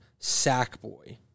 Sackboy